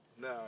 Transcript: No